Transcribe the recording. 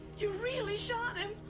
you really shot him!